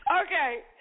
Okay